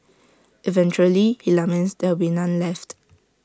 eventually he laments there will be none left